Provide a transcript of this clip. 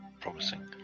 promising